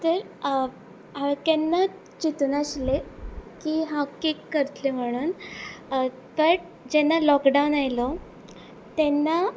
तर हांवे केन्नाच चितूं नाशिल्ले की हांव केक करतले म्हणून बट जेन्ना लॉकडावन आयलो तेन्ना